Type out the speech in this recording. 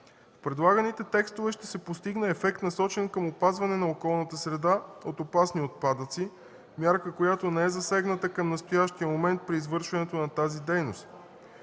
С предлаганите текстове ще се постигне ефект, насочен към опазване на околната среда от опасни отпадъци – мярка, която не е засегната към настоящия момент при извършването на тази дейност.